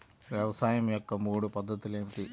వ్యవసాయం యొక్క మూడు పద్ధతులు ఏమిటి?